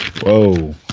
Whoa